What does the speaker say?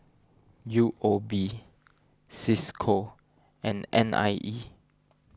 U O B Cisco and N I E